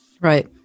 Right